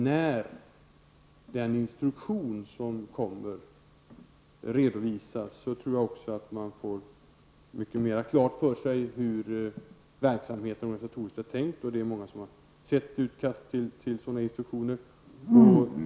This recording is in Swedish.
När instruktionerna kommer att redovisas tror jag att man får klart för sig hur verksamheten organisatoriskt är tänkt. Många har sett utkast till instruktionerna.